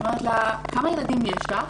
שאלה אותה: כמה ילדים יש לך?